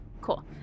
cool